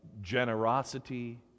generosity